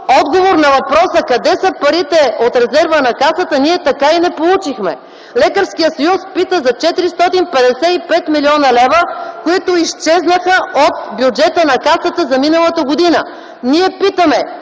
Отговор на въпроса къде са парите от резерва на Касата ние така и не получихме. Лекарският съюз пита за 455 млн. лв., които изчезнаха от бюджета на Касата за миналата година. Ние питаме: